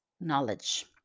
knowledge